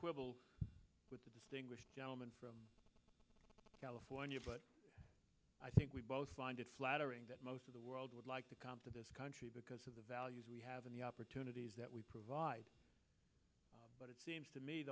quibble with the distinguished gentleman from california but i think we both find it flattering that most of the world would like to come to this country because of the values we have and the opportunities that we provide but it seems to me